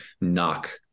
knock